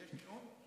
אין נאום?